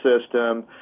system